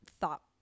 thought